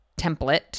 template